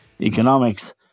economics